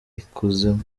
ikuzimu